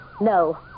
No